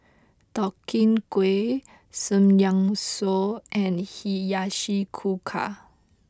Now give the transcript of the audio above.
Deodeok Gui Samgyeopsal and Hiyashi Chuka